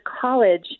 college